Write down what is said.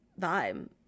vibe